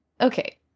Okay